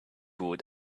wood